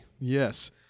Yes